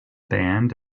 band